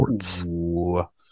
sports